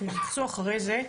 אתם תתייחסו אחרי זה,